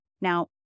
Now